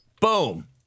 boom